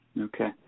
Okay